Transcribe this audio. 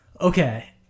Okay